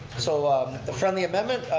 so the friendly amendment,